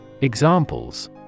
Examples